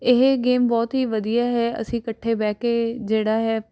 ਇਹ ਗੇਮ ਬਹੁਤ ਹੀ ਵਧੀਆ ਹੈ ਅਸੀਂ ਇਕੱਠੇ ਬਹਿ ਕੇ ਜਿਹੜਾ ਹੈ